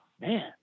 Man